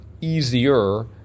easier